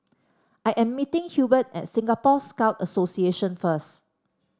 I am meeting Hubert at Singapore Scout Association first